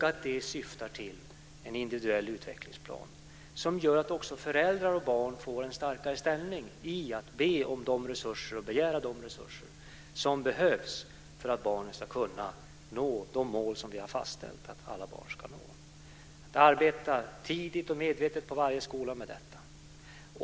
Det ska syfta till en individuell utvecklingsplan som gör att föräldrar och barn får en starkare ställning i att begära de resurser som behövs för att barnen ska kunna nå de mål som vi har fastställt att alla barn ska nå. Att arbeta tidigt och medvetet på varje skola med detta är viktigt.